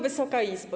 Wysoka Izbo!